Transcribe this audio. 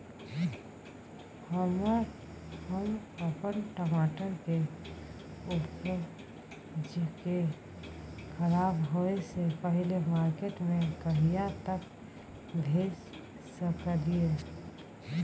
हम अपन टमाटर के उपज के खराब होय से पहिले मार्केट में कहिया तक भेज सकलिए?